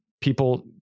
people